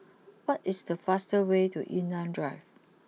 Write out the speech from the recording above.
what is the fast way to Yunnan Drive